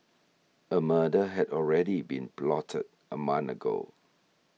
a murder had already been plotted a month ago